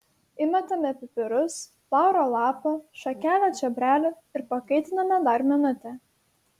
įmetame pipirus lauro lapą šakelę čiobrelių ir pakaitiname dar minutę